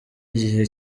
igihe